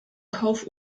kauf